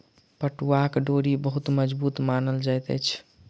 पटुआक डोरी बहुत मजबूत मानल जाइत अछि